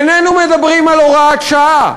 איננו מדברים על הוראת שעה.